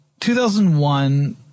2001